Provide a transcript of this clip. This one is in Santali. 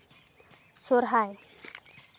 ᱥᱚᱦᱚᱨᱟᱭ